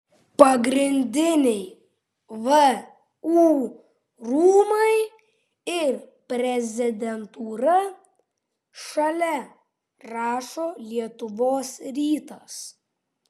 pagrindiniai vu rūmai ir prezidentūra šalia rašo lietuvos rytas